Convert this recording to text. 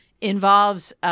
involves